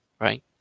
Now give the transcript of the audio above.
right